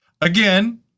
again